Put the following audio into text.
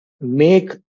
make